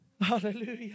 Hallelujah